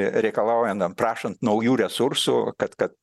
reikalaujant prašant naujų resursų kad kad